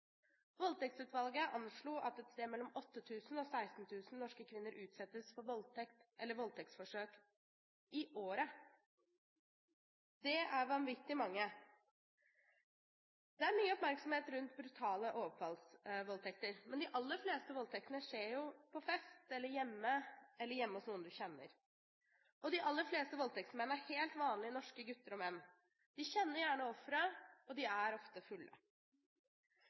Voldtektsutvalget anslo at 8 000–16 000 norske kvinner utsettes for voldtekt eller voldtektsforsøk – i året. Det er vanvittig mange! Det er mye oppmerksomhet rundt brutale overfallsvoldtekter. Men de aller fleste voldtektene skjer jo på fest, hjemme eller hjemme hos noen en kjenner. De aller fleste voldtektsmenn er helt vanlige norske gutter og menn. De kjenner gjerne offeret og er ofte fulle.